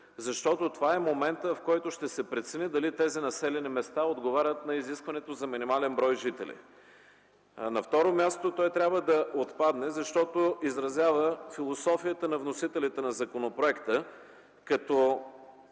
защото това е моментът, в който ще се прецени дали тези населени места отговарят на изискването за минимален брой жители. На второ място, той трябва да отпадне, защото изразява философията на вносителите на законопроекта, като